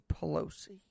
Pelosi